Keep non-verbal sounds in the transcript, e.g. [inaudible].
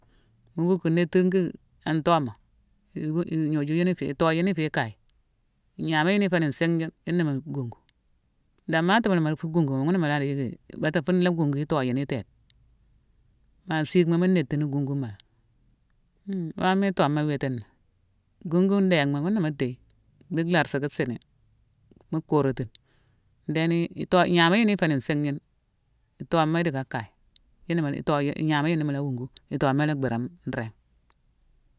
Gunguma mu netiiki an tooma. nw-gnoju-yune-i tooyune ifé kaye. Ignama yune ifé nsingh june, yuna mu gungu. Domati mu la di fu gunguma ghuna mu la di yicki bata fune la ghugu yune ni itooyune itéde. Ma siigma mu nétine gunguma lé. [hesitation] wama itoma witini, gungune dééghma ghuna mu déye. Di larse ki sini. Mu koringhtinki. Ndéni-ito-gnama yune iféni nsingh june, i toma idicka kaye. Yune-ito-ngama yune mu la wungu, itooma i la bhérame nringh.